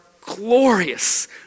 glorious